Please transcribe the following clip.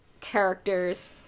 characters